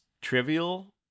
trivial